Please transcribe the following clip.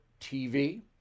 TV